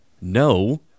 No